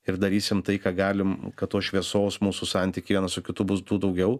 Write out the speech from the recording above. ir darysim tai ką galim kad tos šviesos mūsų santykyje vienas su kitu būtų daugiau